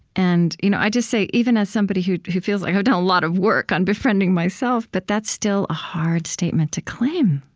and you know i'll just say, even as somebody who who feels like i've done a lot of work on befriending myself, but that's still a hard statement to claim,